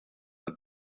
and